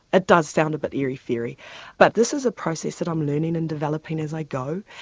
ah does sound a bit airy fairy but this is a process that i'm learning and developing as i go.